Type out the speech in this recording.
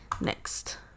next